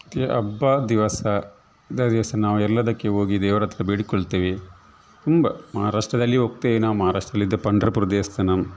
ಮತ್ತೆ ಹಬ್ಬ ದಿವಸ ಇಂಥ ದಿವಸ ನಾವು ಎಲ್ಲದಕ್ಕೆ ಹೋಗಿ ದೇವರ ಹತ್ರ ಬೇಡಿಕೊಳ್ತೇವೆ ತುಂಬ ಮಹಾರಾಷ್ಟ್ರದಲ್ಲಿ ಹೋಗ್ತೇವೆ ನಾವು ಮಹಾರಾಷ್ಟ್ರದಲ್ಲಿದ್ದ ಪಂಢರಪುರ ದೇವಸ್ಥಾನ